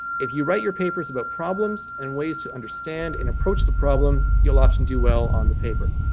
if you write your papers about problems and ways to understand and approach the problem you'll often do well on the paper.